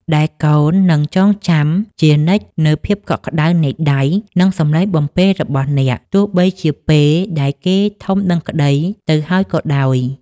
ដែលកូននឹងចងចាំជានិច្ចនូវភាពកក់ក្តៅនៃដៃ និងសំឡេងបំពេរបស់អ្នក ទោះបីជាពេលដែលគេធំដឹងក្តីទៅហើយក៏ដោយ។